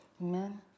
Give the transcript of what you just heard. Amen